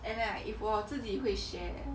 and like if 我自己会学